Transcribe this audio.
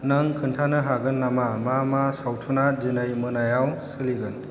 नों खोन्थानो हागोन नामा मा मा सावथुना दिनै मोनायाव सोलिगोन